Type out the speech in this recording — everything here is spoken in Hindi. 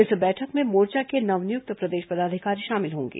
इस बैठक में मोर्चा के नवनियुक्त प्रदेश पदाधिकारी शामिल होंगे